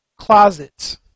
closets